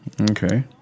Okay